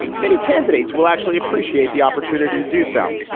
many candidates will actually appreciate the opportunity to do so.